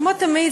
כמו תמיד,